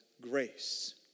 grace